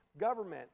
government